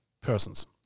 persons